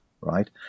right